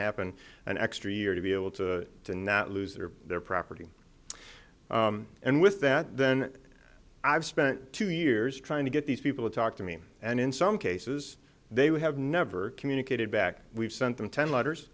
happen an extreme year to be able to to not lose their their property and with that then i've spent two years trying to get these people to talk to me and in some cases they we have never communicated back we've sent them ten letters